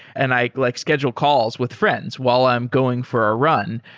and i like schedule calls with friends while i'm going for a run.